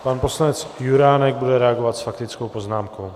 Pan poslanec Juránek bude reagovat s faktickou poznámkou.